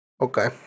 Okay